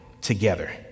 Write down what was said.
together